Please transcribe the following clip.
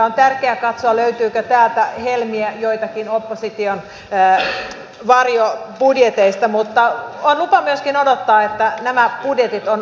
on tärkeä katsoa löytyykö joitakin helmiä täältä opposition varjobudjeteista mutta on lupa myöskin odottaa että nämä budjetit ovat tasapainotetut